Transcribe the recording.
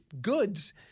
goods –